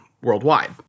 worldwide